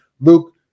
Luke